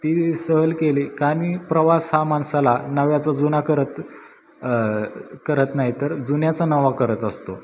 ती सहल केली कानी प्रवास हा माणसाला नव्याचा जुना करत करत नाही तर जुन्याचा नवा करत असतो